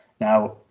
Now